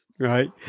Right